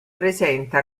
presenta